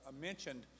mentioned